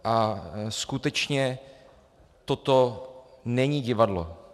A skutečně toto není divadlo.